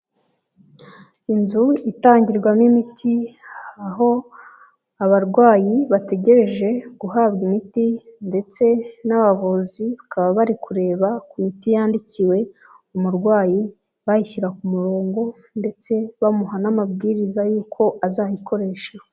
Inzu itangirwamo imiti aho abarwayi bategereje guhabwa imiti ndetse n'abavuzi bakaba bari kureba ku miti yandikiwe umurwayi, bayishyira ku murongo ndetse bamuha n'amabwiriza y'uko azayikoresha.